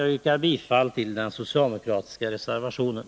Jag yrkar bifall till den socialdemokratiska reservationen.